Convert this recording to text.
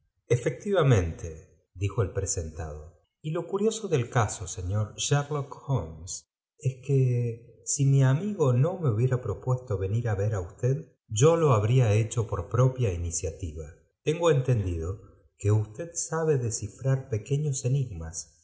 ente dijo el presentado y lo cudai cafi o señor sherlock holmes es que si mi mfiigo no me hubiera propuesto venir á ver á usted yo lo habría hecho por propia iniciativa i engo entendido que usted sabe descifrar pequeños enigma